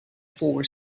four